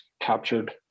captured